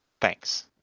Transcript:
thanks